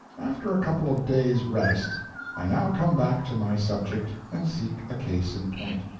after a couple of days' rest i now come back to my subject and seek a case in point.